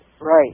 right